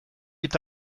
eta